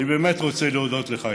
אני באמת רוצה להודות לך,